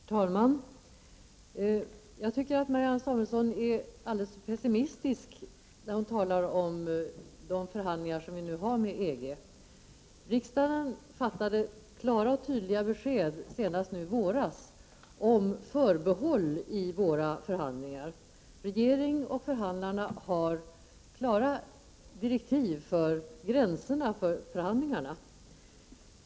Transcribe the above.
Herr talman! Jag tycker att Marianne Samuelsson är alltför pessimistisk när hon talar om de förhandlingar som vi nu för med EG. Riksdagen fattade klara och tydliga beslut senast nu i våras om förbehåll i våra förhandlingar med EG. Regeringen och förhandlarna har klara direktiv för gränserna för förhandlingarna.